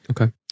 Okay